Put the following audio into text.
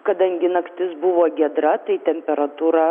kadangi naktis buvo giedra tai temperatūra